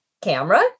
camera